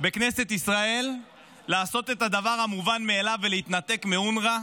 בכנסת ישראל לעשות את הדבר המובן מאליו ולהתנתק מאונר"א.